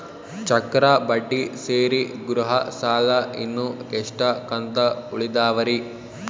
ಚಕ್ರ ಬಡ್ಡಿ ಸೇರಿ ಗೃಹ ಸಾಲ ಇನ್ನು ಎಷ್ಟ ಕಂತ ಉಳಿದಾವರಿ?